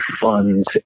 funds